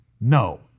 No